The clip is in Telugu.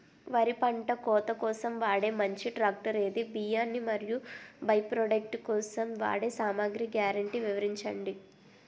వరి పంట కోత కోసం వాడే మంచి ట్రాక్టర్ ఏది? బియ్యాన్ని మరియు బై ప్రొడక్ట్ కోసం వాడే సామాగ్రి గ్యారంటీ వివరించండి?